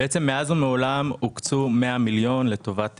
מאז ומעולם הוקצו 100 מיליון לטובת